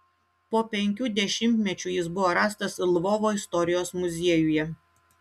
po penkių dešimtmečių jis buvo rastas lvovo istorijos muziejuje